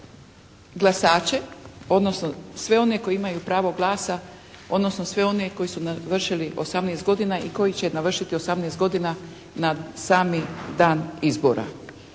glasače odnosno sve one koji imaju pravo glasa odnosno sve one koji su navršili 18 godina i koji će navršiti 18 godina na sami dan izbora.